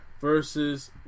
versus